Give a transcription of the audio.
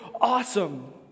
awesome